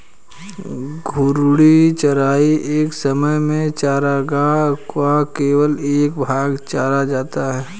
घूर्णी चराई एक समय में चरागाह का केवल एक भाग चरा जाता है